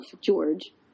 George